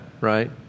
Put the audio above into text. right